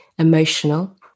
emotional